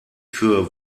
für